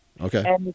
Okay